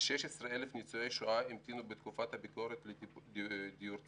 כ-16,000 ניצולי שואה המתינו בתקופת הביקורת לדיור ציבורי.